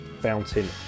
fountain